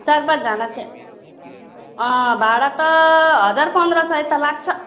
चार पाँचजना चाहिँ भाडा त हजार पन्ध्र सय त लाग्छ